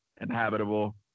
inhabitable